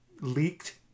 leaked